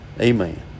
Amen